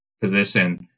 position